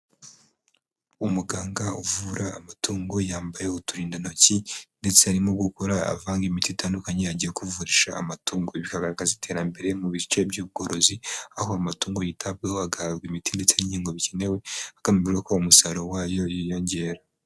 Umuganga uvura amatungo yambaye uturindantoki ndetse arimo gukora avanga imiti itandukanye agiye kuvurisha amatungo. Bikagaragaza iterambere mu bice by'ubworozi aho amatungo yitabwaho agahabwa imiti ndetse n'inkingo bikenewe, hagamijwe ko umusaruro wayo wiyongera.